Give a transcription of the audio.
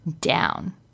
down